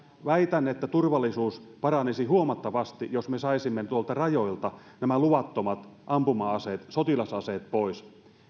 väitän että turvallisuus paranisi huomattavasti jos me saisimme tuolta rajoilta nämä luvattomat ampuma aseet sotilasaseet pois